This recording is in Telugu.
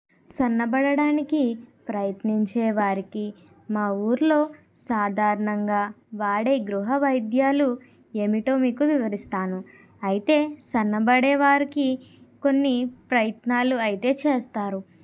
సన్నబడడానికి ప్రయత్నించే వారికి మా ఊర్లో సాధారణంగా వాడే గృహవైద్యాలు ఏమిటో మీకు వివరిస్తాను అయితే సన్నబడే వారికి కొన్ని ప్రయత్నాలు అయితే చేస్తారు